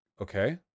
okay